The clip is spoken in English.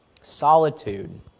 solitude